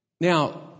Now